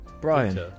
Brian